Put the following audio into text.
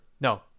No